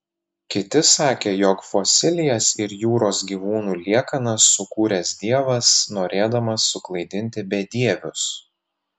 kiti sakė jog fosilijas ir jūros gyvūnų liekanas sukūręs dievas norėdamas suklaidinti bedievius